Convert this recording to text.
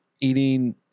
eating